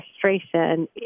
frustration